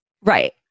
Right